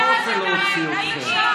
אני לא רוצה להוציא אתכם.